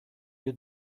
you